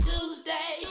Tuesday